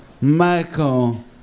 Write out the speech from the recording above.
Michael